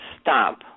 stop